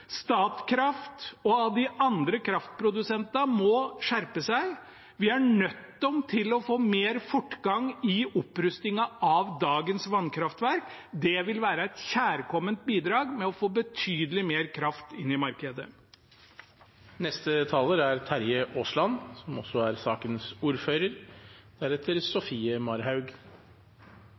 Statkraft og de andre kraftprodusentene må skjerpe seg. Vi er nødt til å få mer fortgang i opprustningen av dagens vannkraftverk. Det vil være et kjærkomment bidrag til å få betydelig mer kraft inn i markedet. Denne debatten er litt gjenkjennelig. En prøver å vise til at regjeringen er